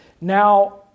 Now